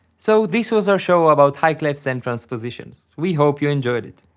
so this was our show about high clefs and transpositions, we hope you enjoyed it.